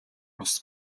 бус